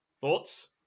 thoughts